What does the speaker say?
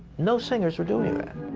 no singers were doing that.